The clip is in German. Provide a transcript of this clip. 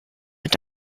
mit